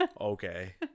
okay